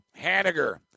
Hanniger